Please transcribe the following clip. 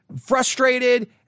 frustrated